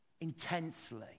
intensely